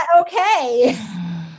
okay